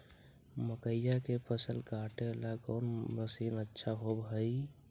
मकइया के फसल काटेला कौन मशीन अच्छा होव हई?